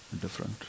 different